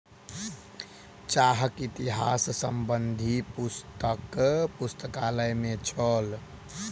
चाहक इतिहास संबंधी पुस्तक पुस्तकालय में छल